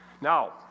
Now